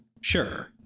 Sure